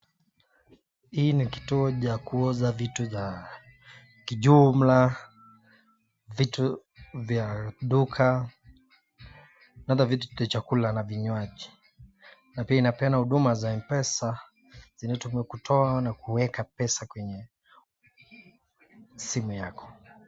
Hii ni kituo cha kuuza vitu za kijumla, vitu vya duka, ata vitu vya chakula na vinywaji na pia inapeana huduma za M-PESA, zinatumiwa kutoa na kueka pesa kwenye simu yako.